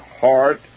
heart